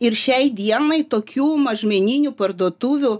ir šiai dienai tokių mažmeninių parduotuvių